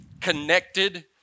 connected